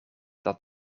dat